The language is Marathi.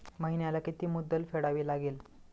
महिन्याला किती मुद्दल फेडावी लागेल?